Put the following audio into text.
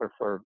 prefer